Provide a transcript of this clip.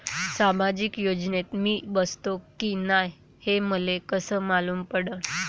सामाजिक योजनेत मी बसतो की नाय हे मले कस मालूम पडन?